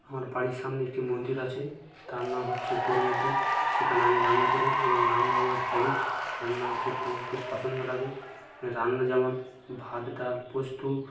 আমার বাড়ির সামনে একটি মন্দির আছে তার নাম হচ্ছে গোরো মন্দির সেখানে আমি রান্না করি এবং রান্না আমার হ্যাবিট রান্না করতে আমার খুব পছন্দ লাগে রান্না যেমন ভাত ডাল পোস্ত